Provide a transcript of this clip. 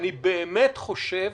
אני באמת חושב